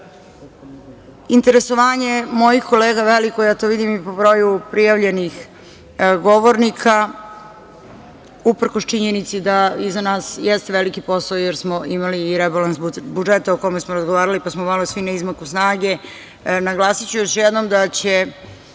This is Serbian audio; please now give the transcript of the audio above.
Interesovanje mojih kolega je veliko, ja to vidim po broju prijavljeni govornika, uprkos činjenici da iza nas jeste veliki posao, jer smo imali i rebalans budžeta o kome smo razgovarali, pa smo malo svi na izmaku snage. Naglasiću još jednom da će